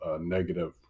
negative